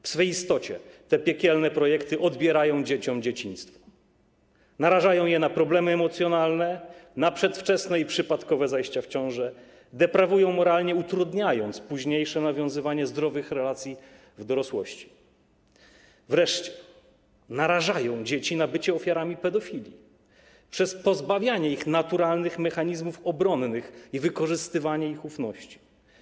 W swojej istocie te piekielne projekty odbierają dzieciom dzieciństwo, narażają je na problemy emocjonalne, na przedwczesne i przypadkowe zajścia w ciążę, deprawują moralnie, utrudniając późniejsze nawiązywanie zdrowych relacji w dorosłości, wreszcie narażają dzieci na bycie ofiarami pedofilii przez pozbawianie ich naturalnych mechanizmów obronnych i wykorzystywanie ich ufności.